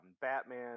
Batman